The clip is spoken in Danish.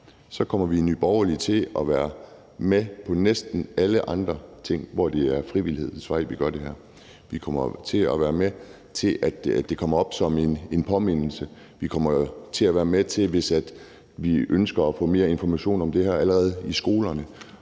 kommer vi i Nye Borgerlige til at være med på næsten alle de andre ting, hvor det er ad frivillighedens vej, at vi gør det her. Vi kommer jo til at være med til, at det kommer op som en påmindelse, og vi kommer til at være med til det, hvis man ønsker at få mere information om det her allerede i skolerne